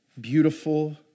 beautiful